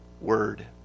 Word